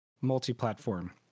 multi-platform